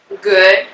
Good